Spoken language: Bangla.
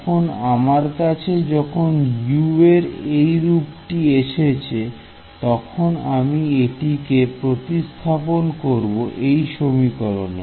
এখন আমার কাছে যখন U এর এই রূপটি এসেছে তখন আমি এটিকে প্রতিস্থাপন করব এই সমীকরনে